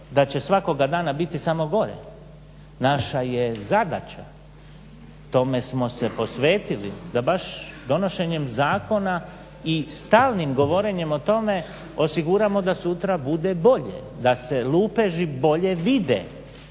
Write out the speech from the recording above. da će svakoga dana biti samo gore. Naša je zadaća, tome smo se posvetili, da baš donošenjem zakona i stalnim govorenjem o tome osiguramo da sutra bude bolje, da se lupeži bolje vide.